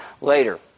later